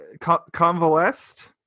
convalesced